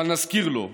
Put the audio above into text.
אבל נזכיר לו: